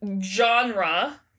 genre